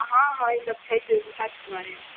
हॅंं हॅं ई सभ छठि छठिके बारेमे